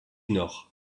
nord